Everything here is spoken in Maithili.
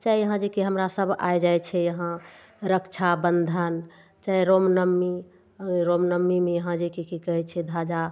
छै यहाँ जेकी हमरा सब आइ जाइ छै यहाँ रक्षाबंधन चाहे रामनवमी रामनवमीमे यहाँ जेकी कि कहै छै ध्वजा